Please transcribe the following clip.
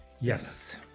Yes